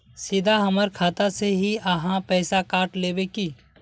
सीधा हमर खाता से ही आहाँ पैसा काट लेबे की?